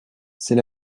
c’est